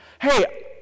hey